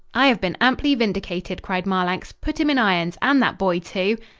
i have been amply vindicated, cried marlanx. put him in irons and that boy, too.